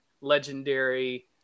legendary